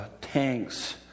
tanks